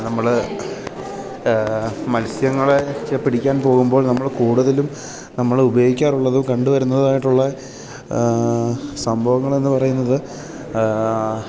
നമ്മൾ മത്സ്യങ്ങളെ പിടിക്കാൻ പോകുമ്പോൾ നമ്മൾ കൂടുതലും നമ്മൾ ഉപയോഗിക്കാറുള്ളതും കണ്ടുവരുന്നതായിട്ടുള്ള സംഭവങ്ങൾ എന്ന് പറയുന്നത്